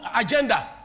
agenda